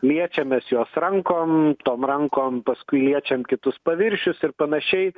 liečiam mes juos rankom tom rankom paskui liečiam kitus paviršius ir panašiai